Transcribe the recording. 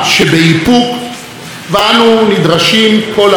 ואנו נדרשים כל העת ליצירתיות.